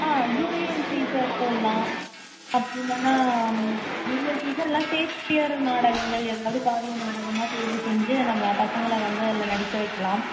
ah Julius and Caesar போடலாம் அப்படி இல்லைன்னா ஜூலி அண்ட் சீஸர் இல்லை சேக்ஷ்பியர் நாடகங்கள் எதாவது காவிய நாடகமாக தேர்வு செஞ்சி நம்ம பசங்களை வந்து அதில் நடிக்க வைக்கலாம்